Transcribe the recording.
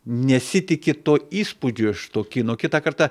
nesitiki to įspūdžio iš to kino kitą kartą